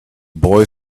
boy